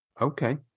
Okay